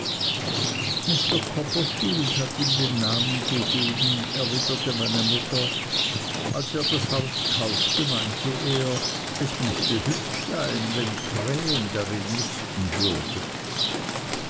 mr copperfield hat ihm den namen gegeben erwiderte meine mutter als er das haus kaufte meinte er es müßte hübsch sein wenn krähen darin nisten würden